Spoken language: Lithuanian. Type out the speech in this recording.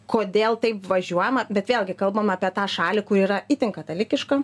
kodėl taip važiuojama bet vėlgi kalbame apie tą šalį kuri yra itin katalikiška